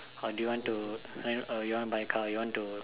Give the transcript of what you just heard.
or do you want to uh you know you want to buy car or you want to